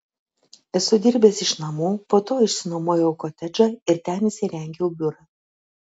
esu dirbęs iš namų po to išsinuomojau kotedžą ir ten įsirengiau biurą